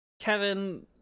Kevin